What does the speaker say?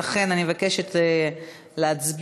לכן, אני מבקשת להצביע.